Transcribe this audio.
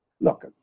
Look